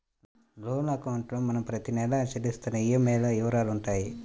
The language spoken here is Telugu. లోన్ అకౌంట్లో మనం ప్రతి నెలా చెల్లిస్తున్న ఈఎంఐల వివరాలుంటాయి